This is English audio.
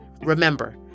Remember